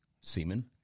semen